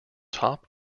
top